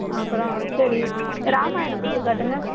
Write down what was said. அப்புறம் சரி ராமாயணம் புக்கு காட்டுங்கள்